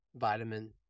vitamin